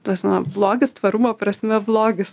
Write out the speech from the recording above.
tas blogis tvarumo prasme blogis